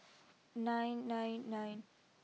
nine nine nine